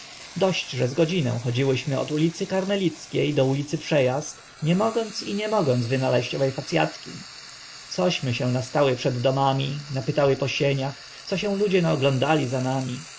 dość że z godzinę chodziłyśmy od ulicy karmelickie do ulicy prze azd nie mogąc i nie mogąc wynaleźć owe fac atki cośmy się nastały przed domami napytały po sieniach co się ludzie naoglądali za nami